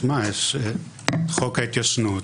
תשמע, יש חוק התיישנות.